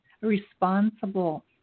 responsible